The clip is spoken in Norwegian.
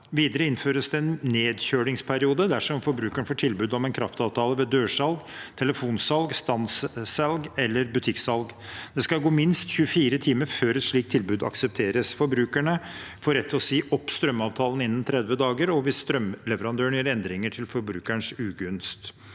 Videre innføres det en nedkjølingsperiode dersom forbrukeren får tilbud om en kraftavtale ved dørsalg, telefonsalg, standssalg eller butikksalg. Det skal gå minst 24 timer før et slikt tilbud aksepteres. Forbrukeren får rett til å si opp strømavtalen innen 30 dager og hvis strømleverandøren gjør endringer til forbrukerens ugunst.